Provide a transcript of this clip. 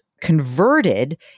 converted